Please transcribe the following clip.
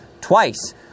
twice